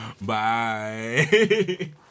Bye